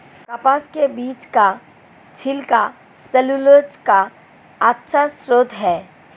कपास के बीज का छिलका सैलूलोज का अच्छा स्रोत है